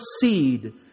seed